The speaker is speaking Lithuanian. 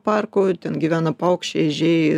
parku ten gyvena paukščiai ežiai